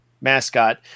mascot